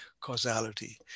causality